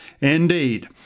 indeed